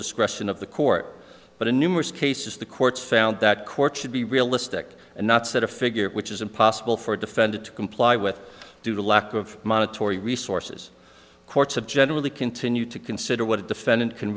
discretion of the court but in numerous cases the courts found that courts should be realistic and not set a figure which is impossible for a defendant to comply with due to lack of monetary resources courts have generally continued to consider what a defendant can